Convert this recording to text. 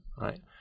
right